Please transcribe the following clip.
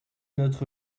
notre